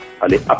Allez